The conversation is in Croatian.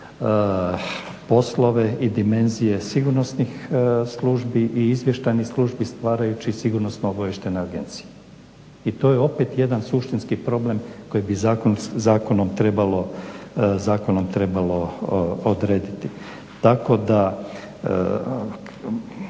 poslove i dimenzije sigurnosnih službi i izvještajnih službi stvarajući sigurnosno-obavještajne agencije. I to je opet jedan suštinski problem koji bi zakonom trebalo odrediti. Tako da